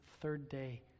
third-day